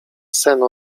sen